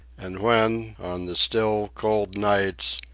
and when, on the still cold nights,